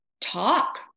talk